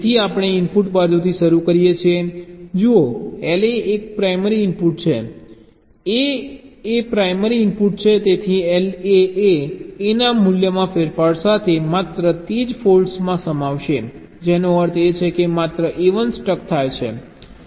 તેથી આપણે ઇનપુટ બાજુથી શરૂ કરીએ છીએ જુઓ LA એ પ્રાઇમરી ઇનપુટ છે A એ પ્રાઇમરી ઇનપુટ છે તેથી LA એ A ના મૂલ્યમાં ફેરફાર સાથે માત્ર તે જ ફોલ્ટ્સ સમાવશે જેનો અર્થ એ છે કે માત્ર A 1 સ્ટક થાય છે